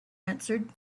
answered